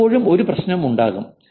എപ്പോഴും ഒരു പ്രശ്നം ഉണ്ടാകും